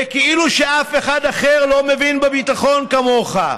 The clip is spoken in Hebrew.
וכאילו שאף אחד אחר לא מבין בביטחון כמוך.